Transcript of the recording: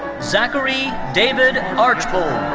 zachary david archbold.